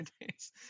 days